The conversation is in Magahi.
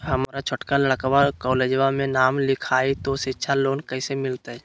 हमर छोटका लड़कवा कोलेजवा मे नाम लिखाई, तो सिच्छा लोन कैसे मिलते?